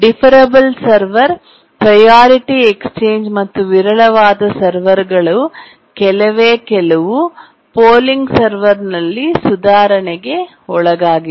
deferrable server priority exchange ಮತ್ತು ವಿರಳವಾದ ಸರ್ವರ್ಗಳು ಕೆಲವೇ ಕೆಲವು ಪೋಲಿಂಗ್ ಸರ್ವರ್ನಲ್ಲಿ ಸುಧಾರಣೆಗೆ ಒಳಗಾಗಿವೆ